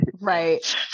Right